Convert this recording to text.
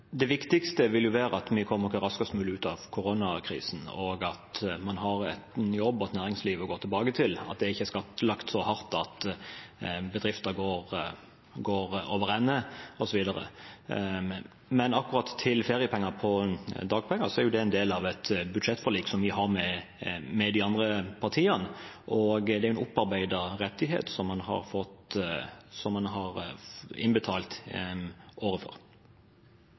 Det viktigste vil være at vi kommer raskest mulig ut av koronakrisen, og at man har en jobb og et næringsliv å gå tilbake til, at det ikke er skattlagt så hardt at bedrifter går overende, osv. Når det gjelder feriepenger på dagpenger, er det en del av et budsjettforlik som vi har med de andre partiene. Det er en opparbeidet rettighet som man har